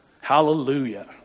Hallelujah